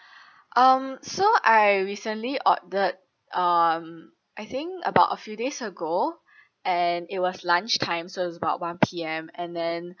um so I recently ordered um I think about a few days ago and it was lunchtime so it's about one P_M and then